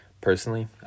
personally